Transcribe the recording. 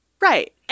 Right